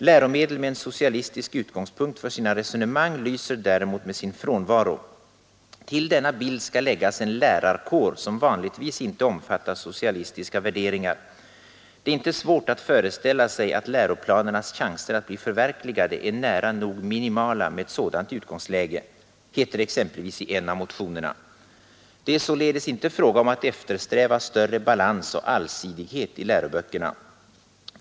Läromedel med en socialistisk utgångspunkt för sina resonemang lyser däremot med sin frånvaro. Till denna bild skall läggas en lärarkår som vanligtvis inte omfattar socialistiska värderingar. Det är inte svårt att föreställa sig att läroplanernas chanser att bli förverkligade är nära nog minimala med ett sådant utgångsläge”, heter det exempelvis i en av motionerna. Det är således inte fråga om att eftersträva större balans och allsidighet i läroböckerna.